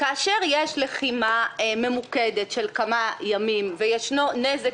כאשר יש לחימה ממוקדת של כמה ימים ויש נזק